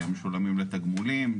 משולמים לתגמולים,